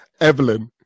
Evelyn